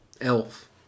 elf